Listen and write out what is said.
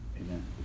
Amen